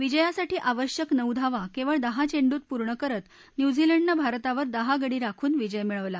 विजयासाठी आवश्यक नऊ धावा केवळ दहा येंडूत पूर्ण करत न्यूझीलंडनं भारतावर दहा गडी राखून विजय मिळवला